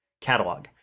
catalog